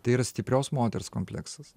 tai yra stiprios moters kompleksas